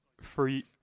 free